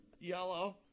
yellow